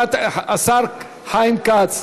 השר חיים כץ,